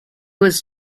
was